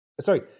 sorry